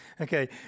Okay